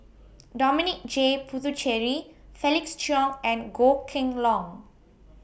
Dominic J Puthucheary Felix Cheong and Goh Kheng Long